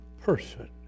person